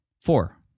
Four